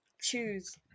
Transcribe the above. choose